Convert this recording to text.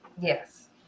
yes